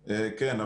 כן,